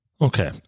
Okay